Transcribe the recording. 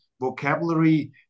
vocabulary